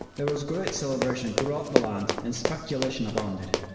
there was great celebration throughout the land, and speculation abounded.